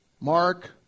Mark